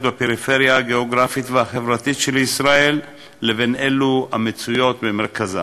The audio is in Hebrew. בפריפריה הגיאוגרפית והחברתית של ישראל לבין אלו המצויות במרכזה.